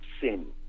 sin